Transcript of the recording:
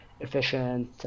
efficient